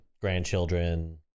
grandchildren